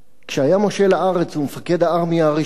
כשהיה מושל הארץ ומפקד הארמיה הראשונה,